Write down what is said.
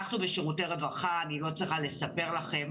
אנחנו בשירותי רווחה אני לא צריכה לספר לכם